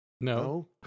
no